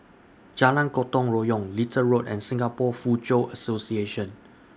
Jalan Gotong Royong Little Road and Singapore Foochow Association